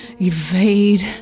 evade